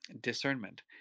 discernment